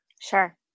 Sure